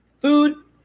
Food